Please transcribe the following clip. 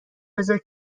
بزار